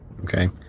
Okay